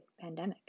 pandemic